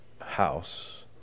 house